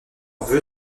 vœu